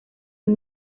and